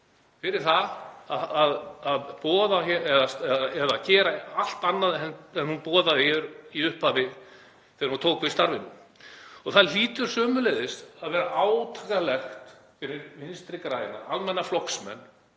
fyrir það að gera allt annað en hún boðaði hér í upphafi þegar hún tók við starfinu. Það hlýtur sömuleiðis að vera átakanlegt fyrir Vinstri græna, almenna flokksmenn,